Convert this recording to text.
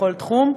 בכל תחום,